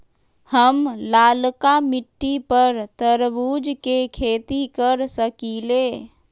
हम लालका मिट्टी पर तरबूज के खेती कर सकीले?